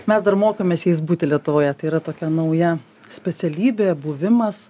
mes dar mokomės jais būti lietuvoje tai yra tokia nauja specialybė buvimas